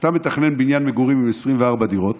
כשאתה מתכנן בניין מגורים עם 24 דירות